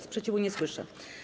Sprzeciwu nie słyszę.